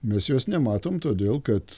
mes jos nematom todėl kad